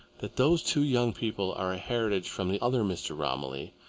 that those two young people are a heritage from the other mr. romilly.